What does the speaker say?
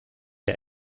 der